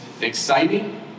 exciting